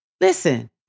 Listen